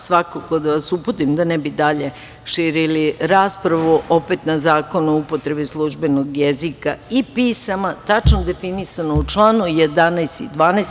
Svakako da vas uputim, da ne bi dalje širili raspravu o Zakonu o upotrebi službenog jezika i pisama tačno definisano u članu 11. i 12.